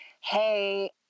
hey